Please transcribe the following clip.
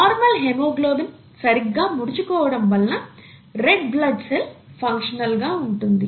normal haemoglobin సరిగ్గా ముడుచుకోవడం వలన రెడ్ బ్లడ్ సెల్ ఫంక్షనల్ గా ఉంటుంది